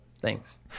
thanks